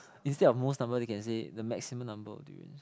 instead of most number they can say the maximum number of durians